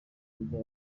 kujya